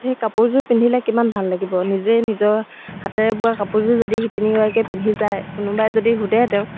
সেই কাপোৰযোৰ পিন্ধিলে কিমান ভাল লাগিব নিজে নিজৰ হাতেৰে বোৱা কাপোৰযোৰ যদি শিপিনীগৰাকীয়ে পিন্ধি যায় কোনোবাই যদি সোধে তেওঁক